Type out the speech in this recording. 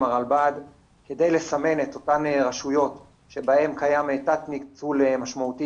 הרלב"ד כדי לסמן את אותן רשויות שבהן קיים תת ניצול משמעותי